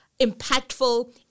impactful